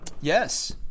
Yes